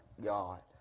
God